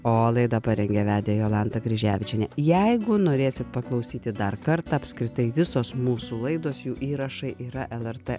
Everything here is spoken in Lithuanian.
o laidą parengė vedė jolanta kryževičienė jeigu norėsit paklausyti dar kartą apskritai visos mūsų laidos jų įrašai yra lrt